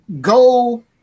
go